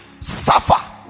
suffer